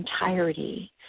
entirety